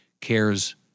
cares